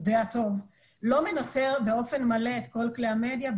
לא מנטר באופן מלא את כל כלי המדיה.